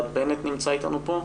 נמצא אתנו כאן